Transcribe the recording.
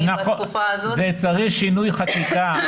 לתקופה ה זאת --- זה מצריך שינוי חקיקה,